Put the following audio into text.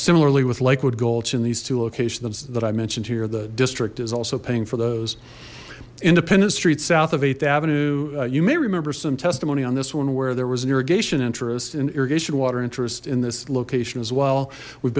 similarly with liquid gulch in these two locations that i mentioned here the district is also paying for those independence streets south of th avenue you may remember some testimony on this one where there was an irrigation interest in irrigation water interest in this location as well we've